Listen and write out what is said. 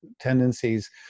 tendencies